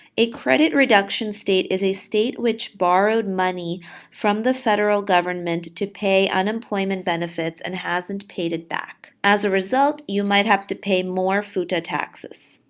a credit reduction state is a state which borrowed money from the federal government to pay unemployment benefits and hasn't paid it back. as a result, you might have to pay more futa taxes.